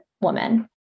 woman